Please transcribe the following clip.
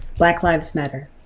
black lives matter,